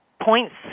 points